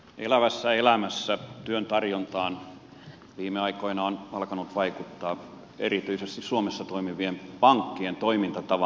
elävässä elämässä työn tarjontaan viime aikoina on alkanut vaikuttaa erityisesti suomessa toimivien pankkien toimintatavan muutos